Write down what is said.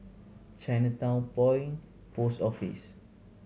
Chinatown Point Post Office